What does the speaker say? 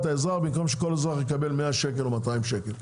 האזרח במקום שכל אזרח יקבל 100 שקל או 200 שקל,